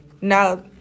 Now